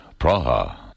Praha